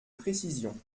précision